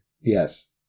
Yes